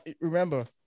Remember